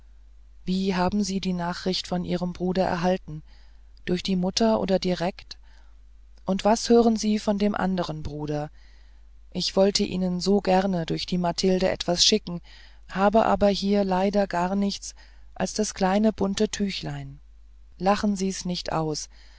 wie haben sie die nachricht von ihrem bruder erhalten durch die mutter oder direkt und was hören sie von dem anderen bruder ich wollte ihnen so gern durch die mathilde etwas schicken habe aber hier leider gar nichts als das kleine bunte tüchlein lachen sie's nicht aus